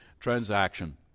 transaction